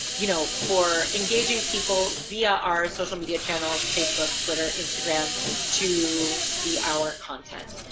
you know for engaging people via our social media channels facebook twitter instagram to see our content.